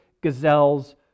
gazelles